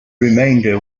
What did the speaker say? remainder